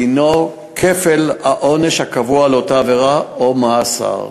דינו כפל העונש הקבוע על אותה עבירה או מאסר.